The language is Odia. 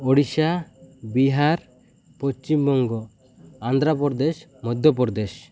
ଓଡ଼ିଶା ବିହାର ପଶ୍ଚିମବଙ୍ଗ ଆନ୍ଧ୍ରପ୍ରଦେଶ ମଧ୍ୟପ୍ରଦେଶ